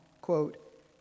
quote